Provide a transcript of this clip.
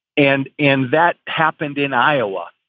and and that happened in iowa.